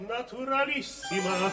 Naturalissima